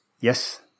Yes